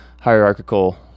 hierarchical